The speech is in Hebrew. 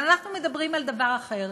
אבל אנחנו מדברים על דבר אחר.